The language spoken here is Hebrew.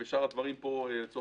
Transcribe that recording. שאר הדברים רשומים,